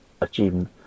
achieving